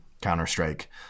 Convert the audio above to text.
Counter-Strike